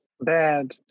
bad